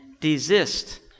desist